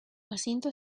recinto